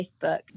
Facebook